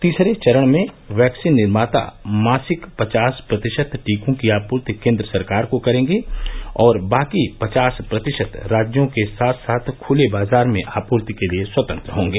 तीसरे चरण में वैक्सीन निर्माता मासिक पचास प्रतिशत टीकों की आपूर्ति केन्द्र सरकार को करेंगे और बाकी पचास प्रतिशत राज्यों के साथ साथ ख्ले बाजार में आपूर्ति के लिए स्वतंत्र होंगे